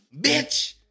bitch